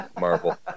marvel